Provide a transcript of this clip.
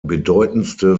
bedeutendste